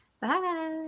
Bye